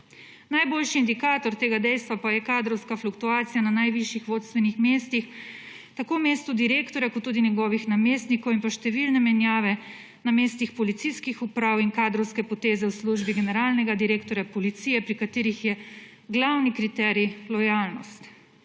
Najboljši indikator tega dejstva pa je kadrovska fluktuacija na najvišjih vodstvenih mestih, tako mesto direktorja kot tudi njegovih namestnikov in pa številne menjave na mestih policijskih uprav in kadrovske poteze v službi generalnega direktorja policije, pri katerih je glavni kriterij lojalnost.